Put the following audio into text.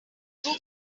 that